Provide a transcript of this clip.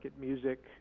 music